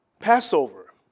Passover